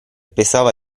pesava